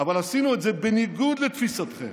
גם במרוקו.